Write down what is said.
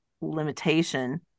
limitation